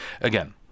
again